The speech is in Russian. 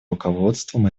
руководством